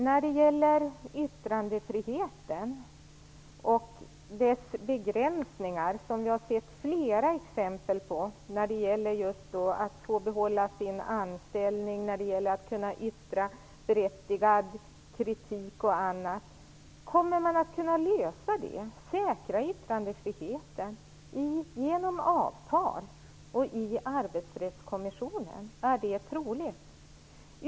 När det gäller yttrandefriheten och dess begränsningar vill jag fråga Paavo Vallius - vi har sett flera exempel när det gäller just detta med att få behålla sin anställning och att kunna yttra berättigad kritik osv.: Kommer man att kunna lösa det och säkra yttrandefriheten genom avtal och i Arbetsrättskommissionen? Är detta troligt?